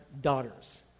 daughters